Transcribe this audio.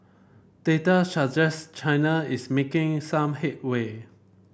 data suggest China is making some headway